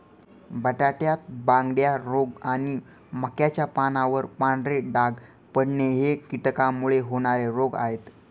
बटाट्यात बांगड्या रोग आणि मक्याच्या पानावर पांढरे डाग पडणे हे कीटकांमुळे होणारे रोग आहे